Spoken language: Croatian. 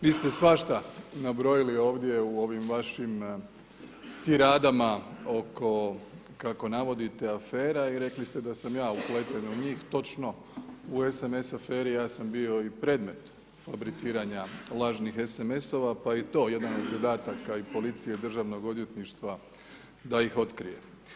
Vi ste svašta nabrojali ovdje u ovim vašim tiradama oko kako navodite afera i rekli ste da sam ja upleten u njih, točno, u SMS aferi ja sam bio i predmet fabriciranja lažnih SMS-ova pa je i to jedan od zadataka i policije i državnog odvjetništva da ih otkrije.